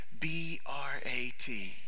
B-R-A-T